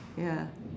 ya